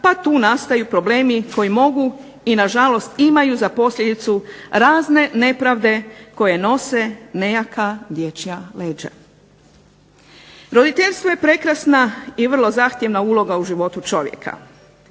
pa tu nastaju problemi koji mogu na žalost i imaju za posljedicu razne nepravde koje nose nejaka dječja leđa. Roditeljstvo je prekrasna i vrlo zahtjevna uloga u životu čovjeka.